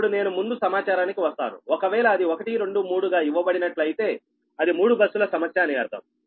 ఇప్పుడు నేను ముందు సమాచారానికి వస్తానుఒకవేళ అది 1 2 3 గా ఇవ్వబడినట్లు అయితే అది 3 బస్సులు సమస్య అని అర్థం